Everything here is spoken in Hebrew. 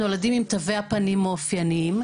נולדים עם תווי הפנים האופייניים,